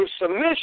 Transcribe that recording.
submission